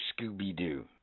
Scooby-Doo